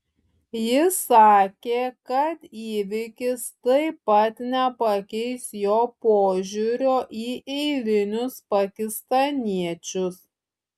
jis sakė kad įvykis taip pat nepakeis jo požiūrio į eilinius pakistaniečius